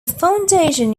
foundation